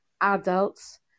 adults